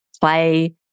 play